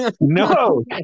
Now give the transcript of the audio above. No